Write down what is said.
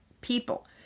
people